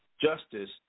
justice